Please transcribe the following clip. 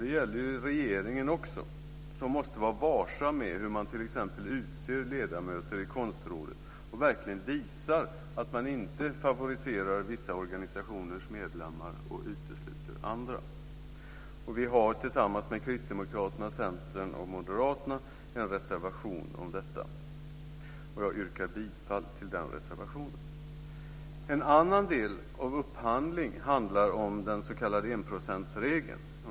Det gäller också för regeringen, som t.ex. måste vara varsam med hur man utser ledamöter i Konstrådet och verkligen visar att man inte favoriserar vissa organisationers medlemmar och utesluter andra. Vi har tillsammans med Kristdemokraterna, Centern och Moderaterna en reservation om detta. Jag yrkar bifall till den reservationen. En annan del av upphandlingen gäller den s.k. enprocentsregeln.